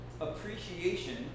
appreciation